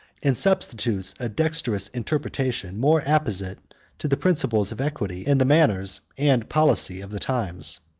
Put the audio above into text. and substitutes a dexterous interpretation more apposite to the principles of equity, and the manners and policy of the times.